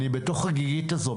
אני בתוך הגיגית הזו,